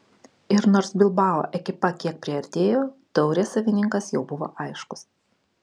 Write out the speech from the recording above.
ir nors bilbao ekipa kiek priartėjo taurės savininkas jau buvo aiškus